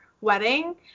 wedding